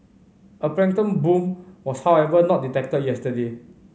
a plankton bloom was however not detected yesterday